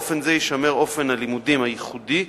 באופן זה יישמר אופן הלימודים הייחודי,